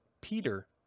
Peter